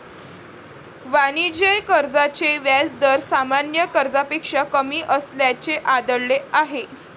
वाणिज्य कर्जाचे व्याज दर सामान्य कर्जापेक्षा कमी असल्याचे आढळले आहे